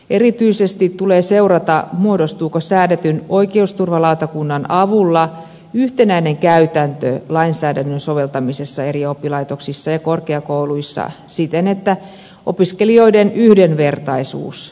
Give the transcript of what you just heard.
erityisesti tulee seurata muodostuuko säädetyn oikeusturvalautakunnan avulla yhtenäinen käytäntö lainsäädännön soveltamisessa eri oppilaitoksissa ja korkeakouluissa siten että opiskelijoiden yhdenvertaisuus toteutuu